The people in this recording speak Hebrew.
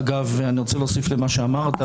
אני רוצה להוסיף למה שאמרת,